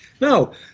No